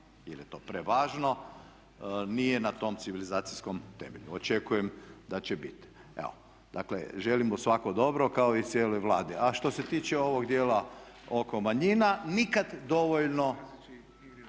jer je to prevažno nije na tom civilizacijskom temelju. Očekujem da će biti. Evo, dakle želim mu svako dobro kao i cijeloj Vladi. A što se tiče ovog dijela oko manjina, nikad dovoljno